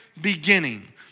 beginning